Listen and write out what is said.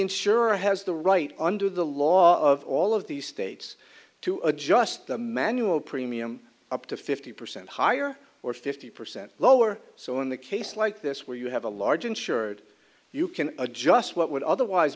insurer has the right under the law of all of these states to adjust the manual premium or up to fifty percent higher or fifty percent lower so in the case like this where you have a large insured you can adjust what would otherwise